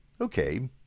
Okay